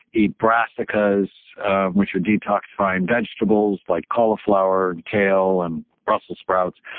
eat brassicas which are detoxifying vegetables like cauliflower, kale, and brussel sprouts.